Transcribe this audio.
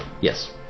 Yes